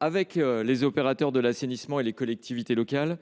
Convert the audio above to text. avec les opérateurs de l’assainissement et les collectivités locales,